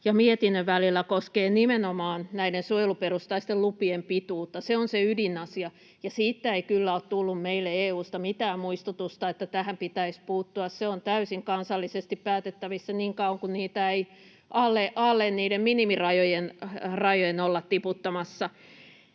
mietinnön välillä koskee nimenomaan näiden suojeluperustaisten lupien pituutta. Se on se ydinasia. Siitä ei kyllä ole tullut meille EU:sta mitään muistutusta, että tähän pitäisi puuttua. Se on täysin kansallisesti päätettävissä niin kauan kun niitä ei alle niiden minimirajojen olla tiputtamassa.